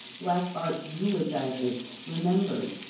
black art eulogizes, remembers,